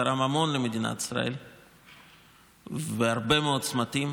זה בן אדם שתרם המון למדינת ישראל בהרבה מאוד צמתים,